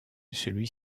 celui